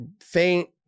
faint